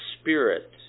spirit